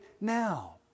now